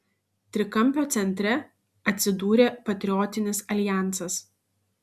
trikampio centre atsidūrė patriotinis aljansas